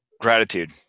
gratitude